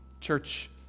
church